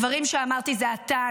הדברים שאמרתי זה עתה,